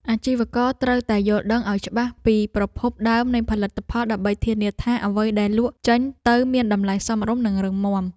អាជីវករត្រូវតែយល់ដឹងឱ្យច្បាស់ពីប្រភពដើមនៃផលិតផល ដើម្បីធានាថាអ្វីដែលលក់ចេញទៅមានតម្លៃសមរម្យនិងរឹងមាំ។